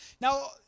Now